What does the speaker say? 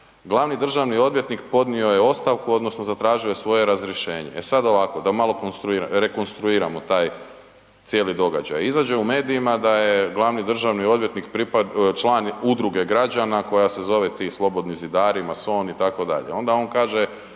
glavni državni odvjetnik podnio je ostavku odnosno zatražio je svoje razrješenje. E sad ovako da malo konstruiramo, rekonstruiramo taj cijeli događaj. Izađe u medijima da je glavni državni odvjetnik član udruge građana koja se zove ti slobodni zidari, masoni itd., onda on kaže